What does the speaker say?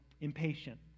impatient